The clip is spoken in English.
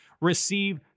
Receive